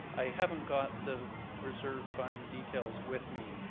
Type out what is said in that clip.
i haven't got the reserve fund details with me.